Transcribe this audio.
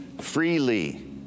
freely